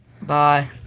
Bye